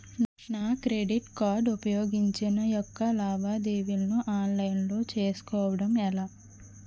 నా credit card ఉపయోగించి నా యెక్క లావాదేవీలను ఆన్లైన్ లో చేసుకోవడం ఎలా?